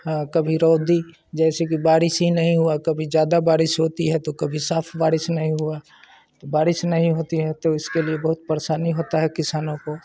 हाँ कभी रौदी जैसे कि बारिश ही नहीं हुआ कभी ज़्यादा बारिश होती तो कभी साफ़ बारिश नहीं हुआ तो बारिश नहीं होती है तो उसके लिए बहुत परशानी होता है किसानों को